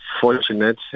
fortunate